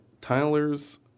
Tyler's